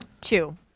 two